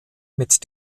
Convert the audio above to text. mit